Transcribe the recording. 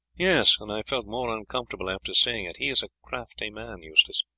yes, and i felt more uncomfortable after seeing it. he is a crafty man, eustace.